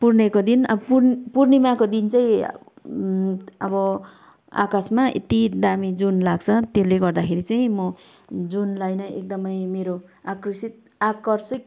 पूर्णे को दिन अब पूर पूर्णिमाको दिन चाहिँ अब आकाशमा यति दामी जुन लाग्छ त्यसले गर्दाखेरि चाहिँ म जुनलाई नै एकदमै मेरो आक्रर्षित आकर्षित